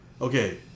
okay